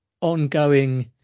ongoing